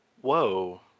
Whoa